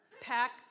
pack